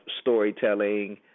storytelling